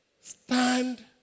Stand